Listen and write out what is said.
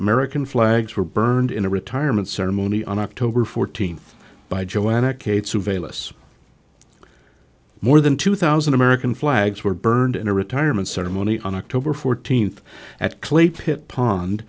american flags were burned in a retirement ceremony on october fourteenth by joanna cates of a less more than two thousand american flags were burned in a retirement ceremony on october fourteenth